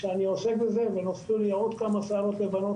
הם נחשבים נעדרים ללא סיבה מוצדקת,